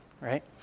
right